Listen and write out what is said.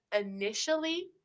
initially